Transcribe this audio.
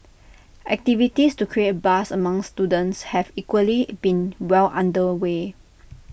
activities to create buzz among students have equally been well under way